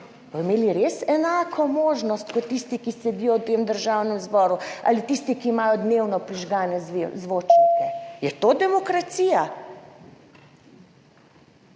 bodo imeli res enako možnost kot tisti, ki sedijo v tem Državnem zboru, ali tisti, ki imajo dnevno prižgane zvočnike? Je to demokracija?